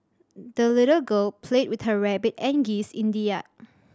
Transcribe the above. the little girl played with her rabbit and geese in the yard